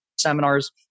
seminars